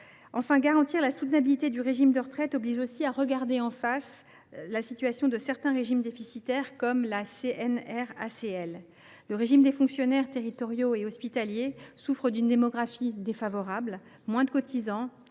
Enfin, garantir la soutenabilité du système de retraite oblige aussi à regarder en face la situation de certains régimes déficitaires, comme la CNRACL. Le régime des fonctionnaires territoriaux et hospitaliers souffre d’une démographie défavorable, avec moins de cotisants,